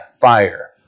fire